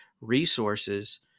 resources